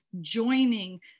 joining